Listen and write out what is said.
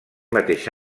mateix